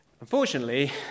Unfortunately